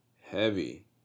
heavy